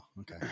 okay